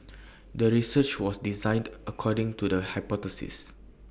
the research was designed according to the hypothesis